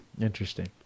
interesting